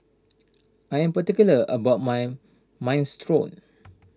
I am particular about my Minestrone